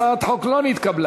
הצעת החוק לא נתקבלה.